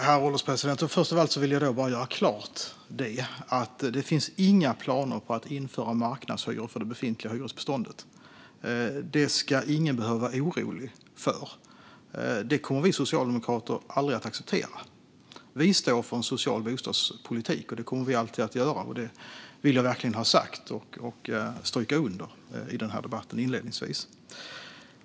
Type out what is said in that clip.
Herr ålderspresident! Först av allt vill jag klargöra detta: Det finns inga planer på att införa marknadshyror för det befintliga hyresbeståndet. Det ska ingen behöva vara orolig för. Det kommer vi socialdemokrater aldrig att acceptera. Vi står för en social bostadspolitik, och det kommer vi alltid att göra. Det vill jag verkligen ha sagt och stryka under i den här debatten.